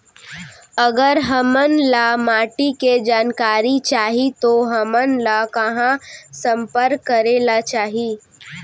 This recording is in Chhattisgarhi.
अगर हमन ला माटी के जानकारी चाही तो हमन ला कहाँ संपर्क करे ला चाही?